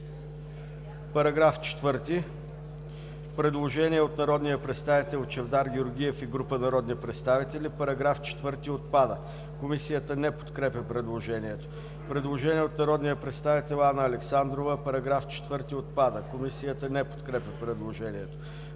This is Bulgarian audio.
става § 4. Предложение от народния представител Чавдар Георгиев и група народни представители –§ 4 отпада. Комисията не подкрепя предложението. Предложение от народния представител Анна Александрова –§ 4 отпада. Комисията не подкрепя предложението.